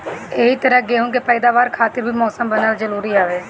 एही तरही गेंहू के पैदावार खातिर भी मौसम बनल जरुरी हवे